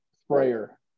sprayer